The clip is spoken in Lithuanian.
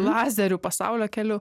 lazerių pasaulio keliu